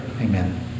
Amen